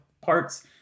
parts